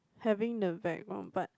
having the background but